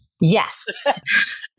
Yes